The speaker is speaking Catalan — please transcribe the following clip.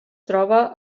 troba